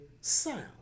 sound